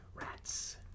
Rats